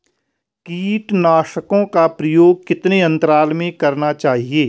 कीटनाशकों का प्रयोग कितने अंतराल में करना चाहिए?